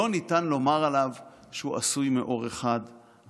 לא ניתן לומר עליו שהוא עשוי מעור אחד.